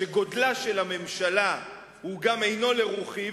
שגודלה של הממשלה גם אינו לרוחי,